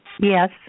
Yes